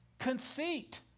conceit